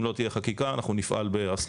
אם לא תהיה חקיקה אנחנו נפעל בהסכמות.